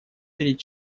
перед